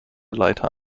leiter